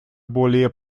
более